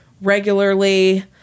regularly